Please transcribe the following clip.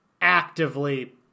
actively